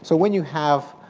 so when you have